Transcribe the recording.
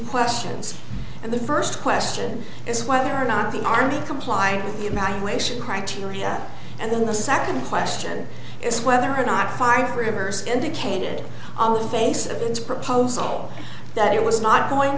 questions and the first question is whether or not the army comply with my way should criteria and then the second question is whether or not five rivers indicated on the face of its proposal that it was not going